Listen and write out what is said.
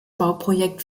bauprojekt